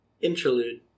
Interlude